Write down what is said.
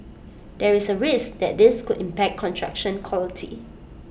there is A risk that this could impact construction quality